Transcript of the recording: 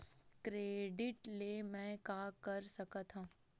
Credit ले मैं का का कर सकत हंव?